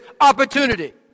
opportunity